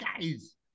guys